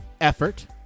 effort